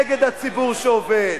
נגד הציבור שעובד,